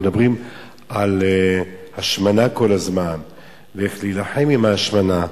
אנחנו מדברים על השמנה כל הזמן ואיך להילחם בהשמנה,